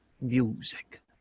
music